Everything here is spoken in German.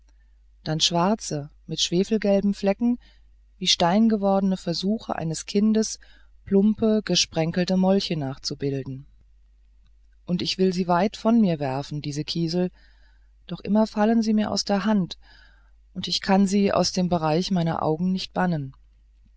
dann schwarze mit schwefelgelben flecken wie die steingewordenen versuche eines kindes plumpe gesprenkelte molche nachzubilden und ich will sie weit von mir werfen diese kiesel doch immer fallen sie mir aus der hand und ich kann sie aus dem bereich meiner augen nicht bannen